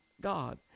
God